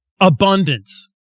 Abundance